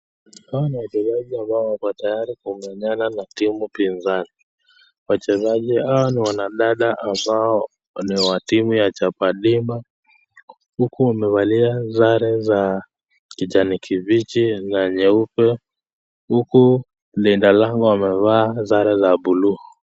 Wachezaji ambao wako tayari kuonana na timu pinzani. Wachezaji hawa ni wanadada ambao ni wa timu ya chapadimbwa, huku wamevaa sare za kijani kibichi na nyeupe, huku lile langu wamevaa sare za blue .